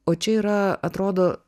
o čia yra atrodo